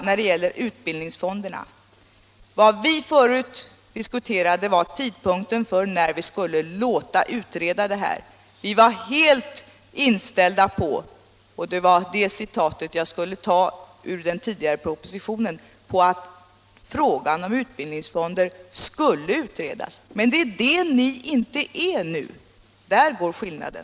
Jag vill tillägga att vad vi förut diskuterade då det gällde utbildningsfonderna var tidpunkten när vi skulle låta utreda frågan. Vi var helt inställda på att frågan om utbildningsfonder skulle utredas. Det är det ni inte är, och däri ligger skillnaden.